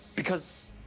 because.